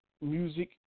music